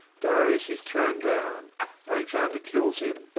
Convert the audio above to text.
darius is thrown down alexander kills him,